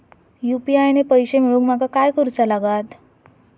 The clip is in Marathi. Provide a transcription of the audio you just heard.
यू.पी.आय ने पैशे मिळवूक माका काय करूचा लागात?